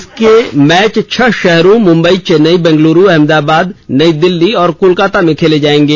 इसके मैच छह शहरों मुम्बई चेन्नई बेंगलुरू अहमदाबाद नई दिल्ली और कोलकाता में खेले जाएंगे